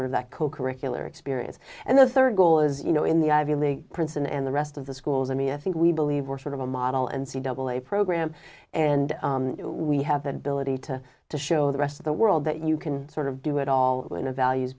or that co curricular experience and the third goal is you know in the ivy league princeton and the rest of the schools i mean i think we believe we're sort of a model and see double a program and we have that ability to to show the rest of the world that you can sort of do it all in a values